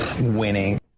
Winning